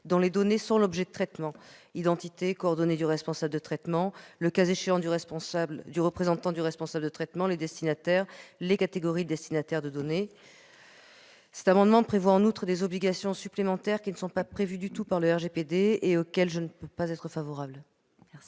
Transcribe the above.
dont les données sont l'objet de traitement, notamment l'identité et les coordonnées du responsable du traitement et, le cas échéant, du représentant du responsable du traitement, les destinataires ou les catégories de destinataires des données. Cet amendement prévoit en outre des obligations supplémentaires qui ne sont pas du tout prévues par le RGPD et auxquelles je ne peux donc être favorable. Quel